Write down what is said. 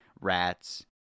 rats